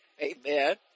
Amen